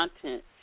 content